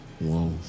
Wow